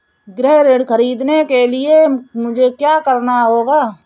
गृह ऋण ख़रीदने के लिए मुझे क्या करना होगा?